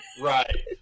Right